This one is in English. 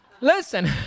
listen